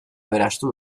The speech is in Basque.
aberastu